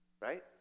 Right